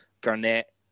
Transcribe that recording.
Garnett